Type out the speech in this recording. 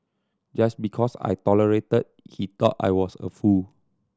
just because I tolerated he thought I was a fool